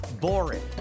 boring